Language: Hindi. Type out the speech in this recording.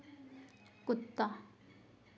कुत्ता